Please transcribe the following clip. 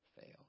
fail